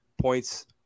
points